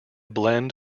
blend